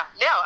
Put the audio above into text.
no